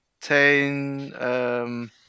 Ten